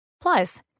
Plus